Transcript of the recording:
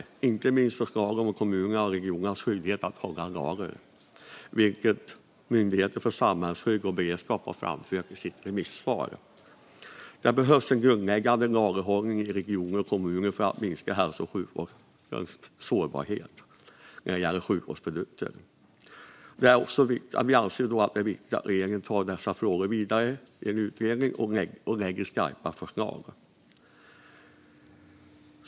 Det gäller inte minst förslagen om kommuners och regioners skyldighet att hålla lager, vilket Myndigheten för samhällsskydd och beredskap har framfört i sitt remissvar. Det behövs en grundläggande lagerhållning i regioner och kommuner för att minska hälso och sjukvårdens sårbarhet när det gäller sjukvårdsprodukter. Vi anser att det är viktigt att regeringen tar detta vidare och lägger fram skarpa förslag.